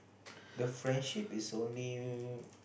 the friendship is only